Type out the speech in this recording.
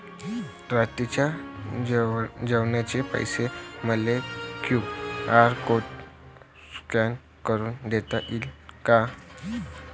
रात्रीच्या जेवणाचे पैसे मले क्यू.आर कोड स्कॅन करून देता येईन का?